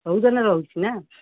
ସିଜନରେ ରହୁଛି ନା